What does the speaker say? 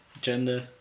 Gender